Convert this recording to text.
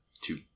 two